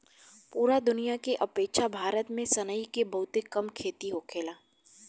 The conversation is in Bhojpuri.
पूरा दुनिया के अपेक्षा भारत में सनई के बहुत कम खेती होखेला